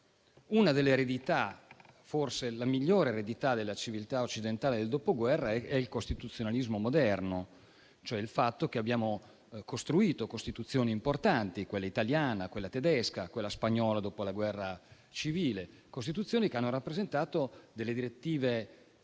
Una delle eredità, forse la migliore eredità della civiltà occidentale del Dopoguerra, è il costituzionalismo moderno, cioè il fatto che abbiamo costruito costituzioni importanti (quella italiana, quella tedesca, quella spagnola dopo la guerra civile), che hanno rappresentato delle direttive